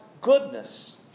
goodness